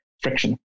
friction